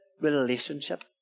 relationship